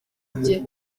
bye